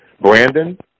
Brandon